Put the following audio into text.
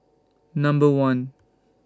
Number one